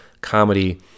comedy